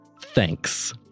thanks